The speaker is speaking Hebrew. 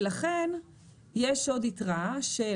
ולכן יש עוד יתרה של